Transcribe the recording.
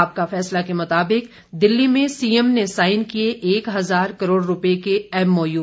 आपका फैसला के मुताबिक दिल्ली में सीएम ने साइन किए एक हजार करोड़ रूपये के एमओयू